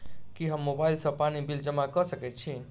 की हम मोबाइल सँ पानि बिल जमा कऽ सकैत छी?